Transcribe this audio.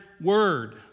word